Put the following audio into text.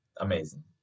amazing